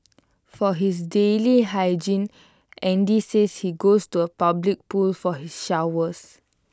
for his daily hygiene Andy says he goes to A public pool for his showers